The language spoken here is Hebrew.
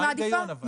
אני מעדיפה.